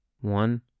One